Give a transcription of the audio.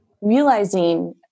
realizing